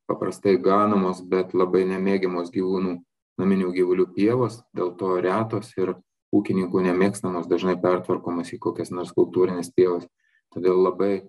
paprastai ganomos bet labai nemėgiamos gyvūnų naminių gyvulių pievos dėl to retos ir ūkininkų nemėgstamos dažnai pertvarkomos į kokias nors kultūrines pievas todėl labai